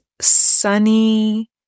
sunny